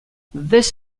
this